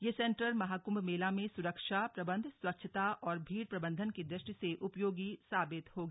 यह सेन्टर महाकुम्भ मेला में सुरक्षा प्रबन्ध स्वच्छता और भीड़ प्रबन्धन की दृष्टि से उपयोगी साबित होगा